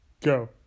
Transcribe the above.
go